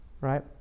Right